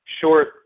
short